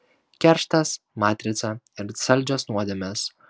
kerštas matrica ir saldžios nuodėmės